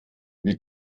wir